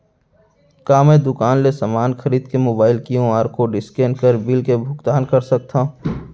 का मैं दुकान ले समान खरीद के मोबाइल क्यू.आर कोड स्कैन कर बिल के भुगतान कर सकथव?